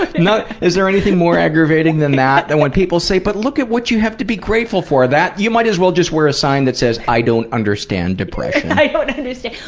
now, is there anything more aggravating than that than when people say, but look at what you have to be grateful for! that. you might as well just wear a sign that says i don't understand depression! i don't understand!